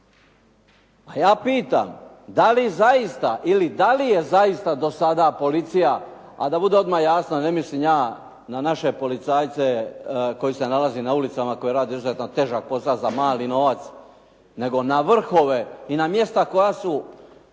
A ja pitam, dali zaista ili dali je zaista do sada policija, a da bude odmah jasno, ne mislim ja na naše policajce koji se nalaze na našim ulicama, koji rade izuzetno težak posao za mali novac, nego na vrhove i na mjesta koja su